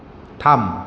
থাম